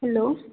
hello